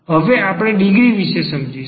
હવે આપણે ડિગ્રી વિશે સમજીશું